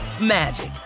magic